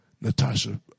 Natasha